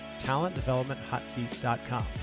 talentdevelopmenthotseat.com